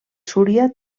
súria